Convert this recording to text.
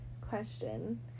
question